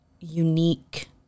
unique